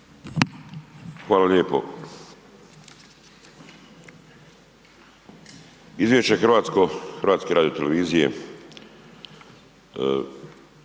Hvala lijepo. Izvješće hrvatsko, Hrvatske radio televizije